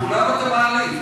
את כולם אתה מעליב.